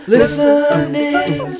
Listening